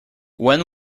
when